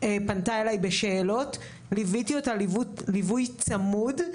פנתה אלי בשאלות וליוויתי אותה ליווי צמוד.